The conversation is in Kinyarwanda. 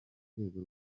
rwego